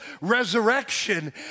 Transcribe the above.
resurrection